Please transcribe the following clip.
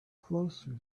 closer